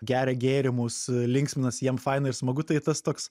geria gėrimus linksminasi jiem faina ir smagu tai tas toks